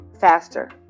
faster